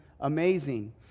amazing